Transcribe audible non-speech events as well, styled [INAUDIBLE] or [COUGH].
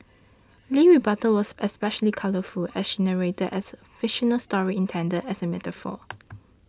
Lee's rebuttal was especially colourful as she narrated as fictional story intended as a metaphor [NOISE]